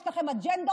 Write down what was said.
יש לכם אג'נדות,